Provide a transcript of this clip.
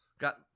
got